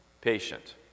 Patient